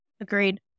agreed